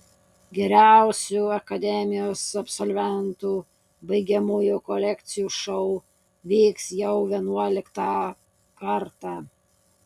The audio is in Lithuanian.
geriausių akademijos absolventų baigiamųjų kolekcijų šou vyks jau vienuoliktą kartą